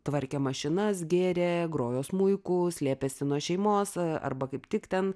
tvarkė mašinas gėrė grojo smuiku slėpėsi nuo šeimos arba kaip tik ten